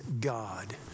God